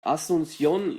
asunción